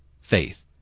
faith